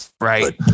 right